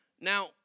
Now